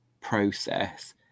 process